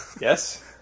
Yes